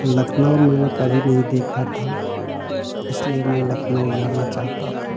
लखनऊ मैंने कभी नहीं देखा था इसलिए मैं लखनऊ जाना चाहता था